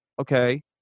Okay